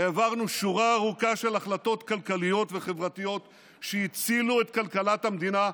העברנו שורה ארוכה של החלטות כלכליות וחברתיות שהצילו את כלכלת המדינה,